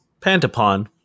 Pantapon